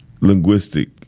linguistic